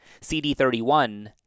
CD31